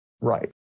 Right